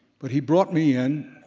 but he brought me in,